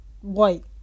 white